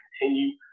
continue